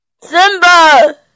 Simba